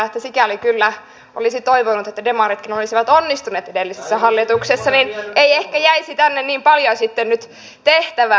että sikäli kyllä olisi toivonut että demaritkin olisivat onnistuneet edellisessä hallituksessa ei ehkä olisi jäänyt tänne niin paljoa sitten nyt tehtävää